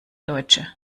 deutsche